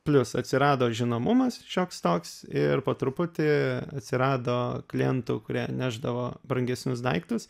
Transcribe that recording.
plius atsirado žinomumas šioks toks ir po truputį atsirado klientų kurie nešdavo brangesnius daiktus